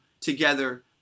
together